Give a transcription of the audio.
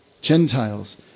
Gentiles